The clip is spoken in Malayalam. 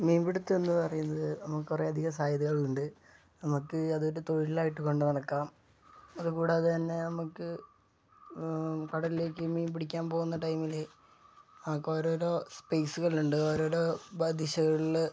മീൻ പിടുത്തം എന്ന് പറയുന്നത് നമക്ക് കുറേയധികം സാധ്യതകളുണ്ട് നമുക്ക് അതൊരു തൊഴിലായിട്ട് കൊണ്ട് നടക്കാം അത് കൂടാതെ തന്നെ നമുക്ക് കടലിലേയ്ക്ക് മീൻ പിടിക്കാൻ പോകുന്ന ടൈമില് ആൾക്കാരോരോ സ്പേസുകൾ ഉണ്ട് ഓരോരോ ദിശകളിൽ